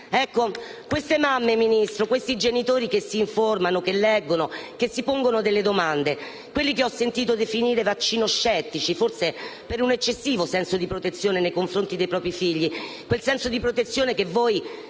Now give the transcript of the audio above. figli. Queste mamme, Ministro, questi genitori, che si informano, che leggono, che si pongono delle domande, quelli che ho sentito definire vaccinoscettici (forse per un eccessivo senso di protezione nei confronti dei propri figli, quel senso di protezione che voi